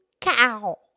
Cow